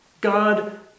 God